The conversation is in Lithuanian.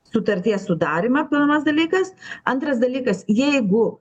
sutarties sudarymą pirmas dalykas antras dalykas jeigu